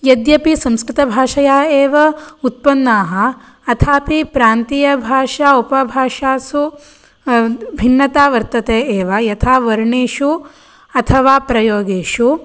यद्यपि संस्कृतभाषया एव उत्पन्नाः अथापि प्रान्तीयभाषा उपभाषासु भिन्नता वर्तते एव यथा वर्णेषु अथवा प्रयोगेषु